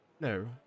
No